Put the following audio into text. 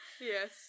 Yes